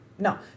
no